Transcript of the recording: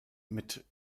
mit